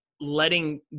letting